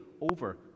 over